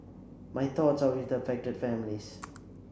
my thoughts are with the affected families